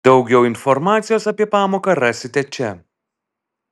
daugiau informacijos apie pamoką rasite čia